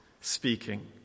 speaking